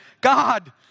God